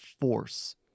force